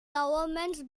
government